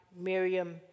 Miriam